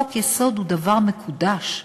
חוק-יסוד הוא דבר מקודש,